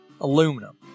Aluminum